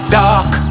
dark